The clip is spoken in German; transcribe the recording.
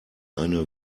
eine